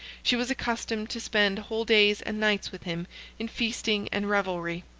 she was accustomed to spend whole days and nights with him in feasting and revelry.